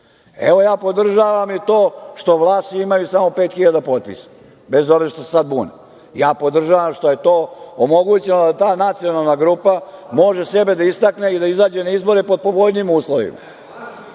ja podržavam i to što Vlasi imaju samo 5.000 potpisa, bez obzira što se sad bunim. Ja podržavam što je to omogućeno da ta nacionalna grupa može sebe da istakne i da izađe na izbore pod povoljnijim uslovima.